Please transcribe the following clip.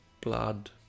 blood